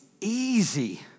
easy